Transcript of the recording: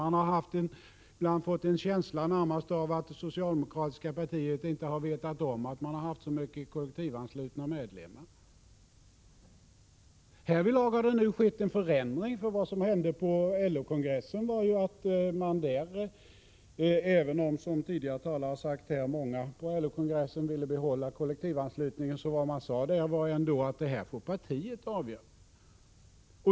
Man har ibland närmast fått en känsla av att det socialdemokratiska partiet inte har vetat om att man haft så många kollektivanslutna medlemmar. Härvidlag har det nu skett en förändring. Vad som hände på LO kongressen var ju att — även om, som tidigare talare påpekat, många på LO-kongressen ville behålla kollektivanslutningen — man sade att partiet får avgöra den här frågan.